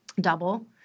double